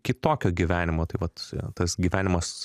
kitokio gyvenimo tai vat tas gyvenimas